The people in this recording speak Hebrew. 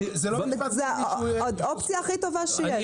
זו האופציה הכי טובה שיש.